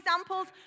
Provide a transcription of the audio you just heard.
examples